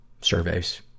surveys